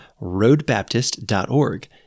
roadbaptist.org